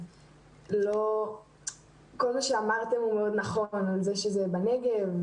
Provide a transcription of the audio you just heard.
כל מה שאמרתם הוא מאוד נכון על זה שזה בנגב,